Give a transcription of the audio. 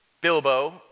Bilbo